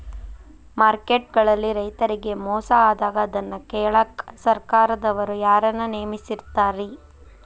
Market ಗಳಲ್ಲಿ ರೈತರಿಗೆ ಮೋಸ ಆದಾಗ ಅದನ್ನ ಕೇಳಾಕ್ ಸರಕಾರದವರು ಯಾರನ್ನಾ ನೇಮಿಸಿರ್ತಾರಿ?